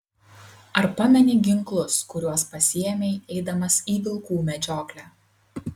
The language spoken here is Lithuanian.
ar pameni ginklus kuriuos pasiėmei eidamas į vilkų medžioklę